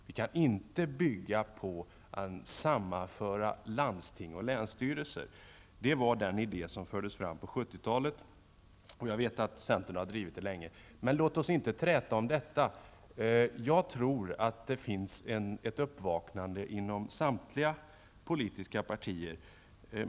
Vi kan inte bygga på att sammanföra landsting och länsstyrelser. Det var den idé som fördes fram på 70-talet, och jag vet att centern har drivit den länge. Låt oss inte träta om detta. Jag tror att det sker ett uppvaknande inom samtliga politiska partier.